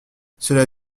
cela